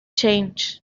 change